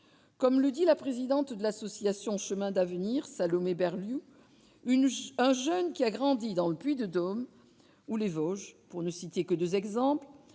comme le dit la présidente de l'association Chemin d'avenir Salomé Berlioz une un jeune qui a grandi dans le Puy-de-Dôme où les Vosges pour ne citer que 2 exemples